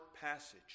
passage